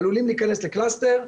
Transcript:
עלולים להיכנס לקלסתר.